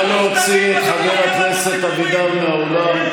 נא להוציא את חבר הכנסת אבידר מן האולם.